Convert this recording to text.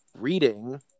reading